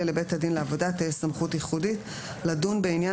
לבית הדין לעבודה תהא סמכות ייחודית לדון בעניין